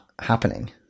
happening